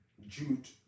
Jude